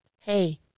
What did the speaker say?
Hey